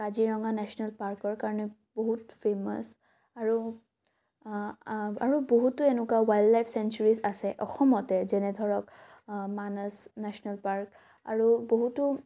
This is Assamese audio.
কাজিৰঙা নেশ্যনেল পাৰ্কৰ কাৰণে বহুত ফেমাচ আৰু আৰু বহুতো এনেকুৱা ৱাইল্ড লাইফ চেঞ্চুৰীজ আছে অসমতে যেনে ধৰক মানস নেশ্যনেল পাৰ্ক আৰু বহুতো